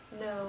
no